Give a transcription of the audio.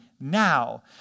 now